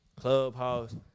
clubhouse